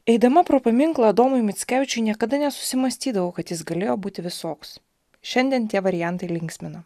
eidama pro paminklą adomui mickevičiui niekada nesusimąstydavau kad jis galėjo būti visoks šiandien tie variantai linksmino